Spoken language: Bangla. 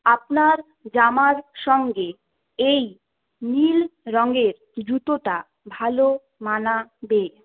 আপনার জামার সঙ্গে এই নীল রঙের জুতোটা ভালো মানাবে